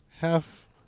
Half